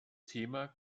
thema